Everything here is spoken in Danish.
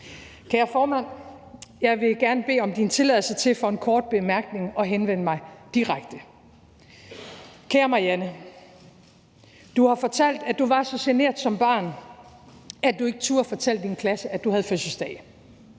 Kære formand, jeg vil gerne bede om din tilladelse til for en kort bemærkning at henvende mig direkte til dem. Kære Marianne, du har fortalt, at du var så genert som barn, at du ikke turde fortælle din klasse, at du havde fødselsdag.